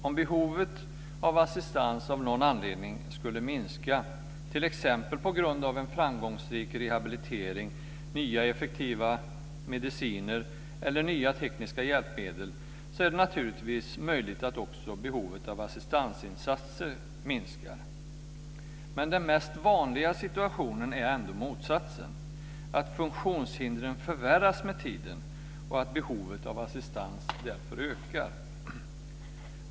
Om behovet av assistans skulle minska, t.ex. på grund av en framgångsrik rehabilitering, nya effektiva mediciner eller nya tekniska hjälpmedel, är det naturligtvis möjligt att också behovet av assistansinsatser minskar. Men den vanligaste situationen är ändå motsatsen, dvs. att funktionshindren förvärras med tiden och att behovet av assistans därför ökar.